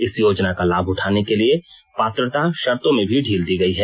इस योजना का लाभ उठाने के लिए पात्रता शर्तों में भी ढील दी गयी है